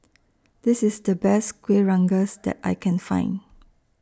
This IS The Best Kueh Rengas that I Can Find